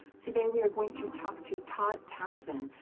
today we are going to talk to todd townsend,